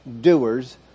doers